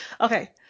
okay